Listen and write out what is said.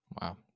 wow